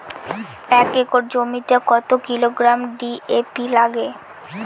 এক একর জমিতে কত কিলোগ্রাম ডি.এ.পি লাগে?